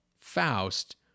Faust